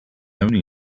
only